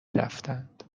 رفتند